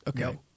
okay